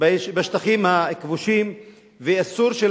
בשטחים הכבושים ואיסור של